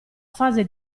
fase